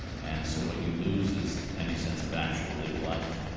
and so what you lose is any sense of actual lived life,